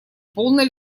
полной